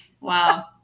Wow